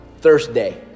Thursday